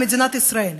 למדינת ישראל.